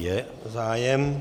Je zájem.